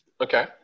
Okay